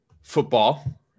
football